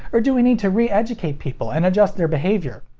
or do we need to re-educate people and adjust their behavior?